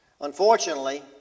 Unfortunately